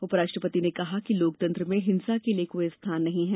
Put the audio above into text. उपराष्ट्रपति ने कहा कि लोकतंत्र में हिंसा के लिए कोई स्थान नहीं है